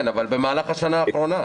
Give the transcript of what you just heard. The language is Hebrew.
כן, אבל במהלך השנה האחרונה.